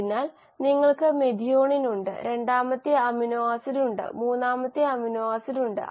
അതിനാൽ നിങ്ങൾക്ക് മെഥിയോണിൻ ഉണ്ട് രണ്ടാമത്തെ അമിനോ ആസിഡ് ഉണ്ട് മൂന്നാമത്തെ അമിനോ ആസിഡ് ഉണ്ട്